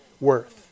worth